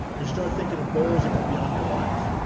and you start thinking of goals that go beyond your life.